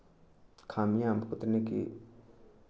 खामियाँ भुगतने की